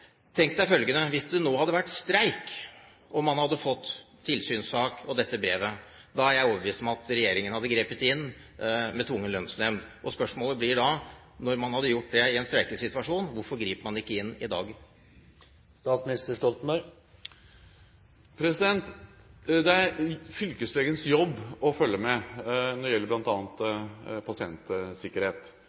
følgende: Hvis det nå hadde vært streik og man hadde fått tilsynssak og dette brevet, er jeg overbevist om at regjeringen hadde grepet inn med tvungen lønnsnemnd. Spørsmålet blir da: Når man hadde gjort det i en streikesituasjon, hvorfor griper man ikke inn i dag? Det er fylkeslegens jobb å følge med bl.a. når det gjelder pasientsikkerhet.